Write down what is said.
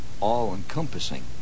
all-encompassing